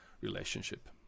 relationship